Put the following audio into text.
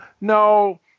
no